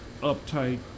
uptight